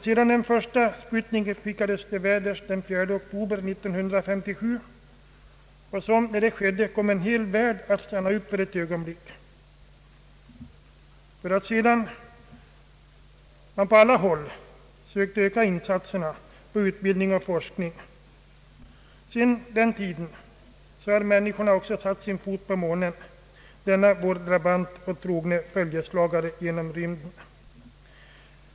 Sedan den första sputniken skickades till väders den 4 oktober 1957 — vilket kom en hel värld att stanna upp för ett ögonblick — och sedan man på alla håll sökt öka insatserna för utbildning och forskning, har människorna också satt sin fot på månen, vår drabant och trogna följeslagare genom rymden.